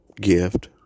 gift